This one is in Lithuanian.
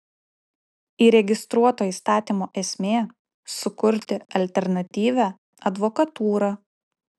įregistruoto įstatymo esmė sukurti alternatyvią advokatūrą